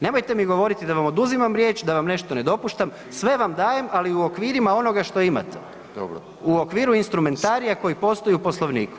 Nemojte mi govoriti da vam oduzimam riječ, da vam nešto ne dopuštam, sve vam dajem, ali u okvirima onoga što imate [[Upadica: Dobro.]] U okvirima instrumentarija koji postoji u Poslovniku.